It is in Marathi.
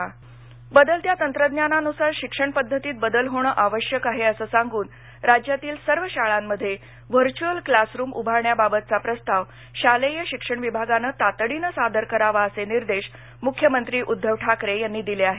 मुख्यमंत्री बदलत्या तंत्रज्ञानानुसार शिक्षण पद्धतीत बदल होणं आवश्यक आहे असं सांगून राज्यातील सर्व शाळांमध्ये व्हर्घ्युअल क्लासरुम उभारण्याबाबतचा प्रस्ताव शालेय शिक्षण विभागानं तातडीनं सादर करावा असे निर्देश मुख्यमंत्री उद्दव ठाकरे यांनी दिले आहेत